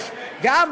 יש אני אומר.